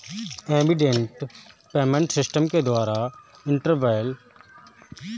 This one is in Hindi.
इमीडिएट पेमेंट सिस्टम के द्वारा इंटरबैंक इलेक्ट्रॉनिक फंड ट्रांसफर को पूरा किया जाता है